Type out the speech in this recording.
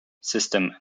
system